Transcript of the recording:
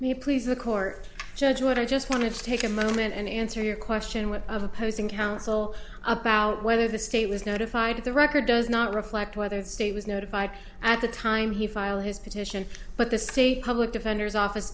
me please the court judge would i just want to take a moment and answer your question with opposing counsel about whether the state was notified the record does not reflect whether the state was notified at the time he filed his petition but the state public defender's office